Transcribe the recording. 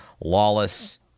lawless